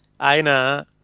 Aina